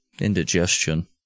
indigestion